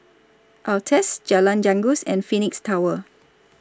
Altez Jalan Janggus and Phoenix Tower